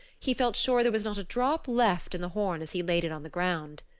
he felt sure there was not a drop left in the horn as he laid it on the ground.